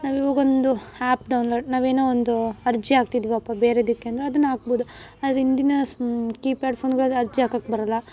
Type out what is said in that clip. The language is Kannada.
ನಾವು ಇವಾಗೊಂದು ಆ್ಯಪ್ ಡೌನ್ಲೋಡ್ ನಾವು ಏನೋ ಒಂದು ಅರ್ಜಿ ಹಾಕ್ತಿದಿವಪ್ಪ ಬೇರೇದಕ್ಕೇನೋ ಅದನ್ನ ಹಾಕ್ಬೋದು ಆದರೆ ಇಂದಿನ ಕೀಪ್ಯಾಡ್ ಫೋನ್ಗಳಲ್ಲಿ ಅರ್ಜಿ ಹಾಕಕ್ ಬರೊಲ್ಲ